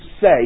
say